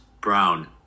Brown